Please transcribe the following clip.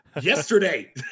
yesterday